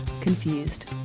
Confused